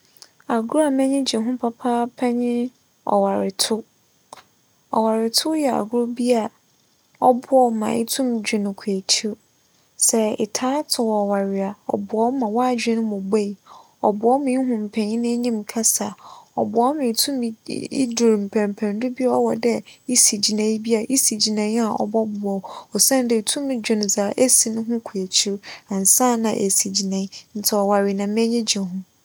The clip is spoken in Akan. Agor a m'enyi gye ho papaapa nye ͻwaretow. ͻwaretow yɛ agor bi a ͻboa wo ma itum dwen kͻ ekyir. Sɛ etaa tow ͻware a ͻboa wo ma w'adwen mu buei. ͻboa wo ma ihu mpanyin enyim kasa. ͻboa wo ma itum idur mpɛnpɛndo bi a ͻwͻ dɛ isi gyinae bi a, isi gyinae a ͻbͻboa wo osiandɛ itum dwen dza esi no ho kͻ ekyir ansaana esi gyinae ntsi ͻware na m'enyi gye ho.